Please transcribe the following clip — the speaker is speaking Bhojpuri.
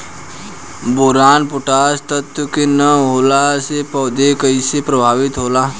बोरान पोषक तत्व के न होला से पौधा कईसे प्रभावित होला?